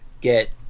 get